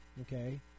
Okay